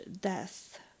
death